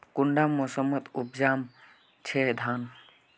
कुंडा मोसमोत उपजाम छै धान?